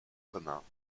communs